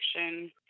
action